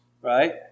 Right